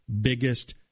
biggest